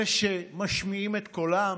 אלה שמשמיעים את קולם,